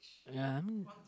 ya